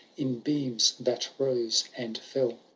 in beams that rose and fell.